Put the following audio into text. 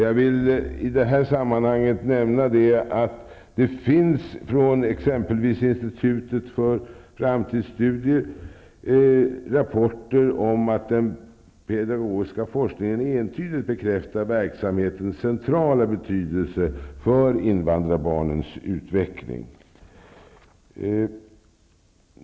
Jag vill i det här sammanhanget nämna att det finns rapporter från institutet för framtidsstudier om att den pedagogiska forskningen entydigt bekräftar verksamhetens centrala betydelse för invandrarbarnens utveckling.